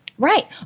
Right